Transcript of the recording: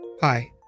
Hi